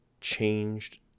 changed